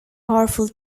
powerful